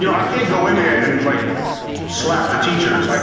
you know i can't go in there and like slap the teachers. like